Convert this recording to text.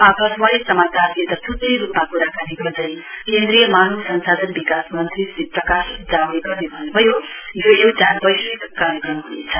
आकाशवाणी समाचारसित छुट्टै रुपमा कुराकानी गर्दै केन्द्रीय मानव संसाधन विकास मन्त्री श्री प्रकाश जावड़ेकरले भन्नुभयो यो एउटा वैश्विक कार्यक्रम हुनेछ